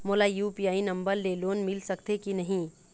मोला UPI number ले loan मिल सकथे कि नहीं?